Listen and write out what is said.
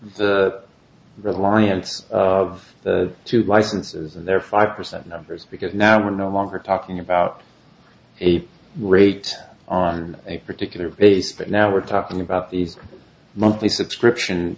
the reliance of two licenses and their five percent numbers because now we're no longer talking about a rate on a particular base but now we're talking about these monthly subscription